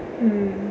hmm